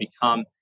become